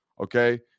okay